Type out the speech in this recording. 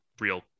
real